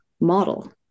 model